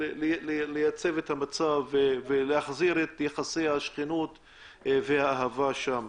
לייצב את המצב ולהחזיר את יחסי השכנות והאהבה שם.